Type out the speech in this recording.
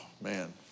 man